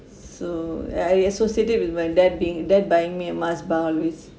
so I associate it with my dad being dad buying me a mars bar always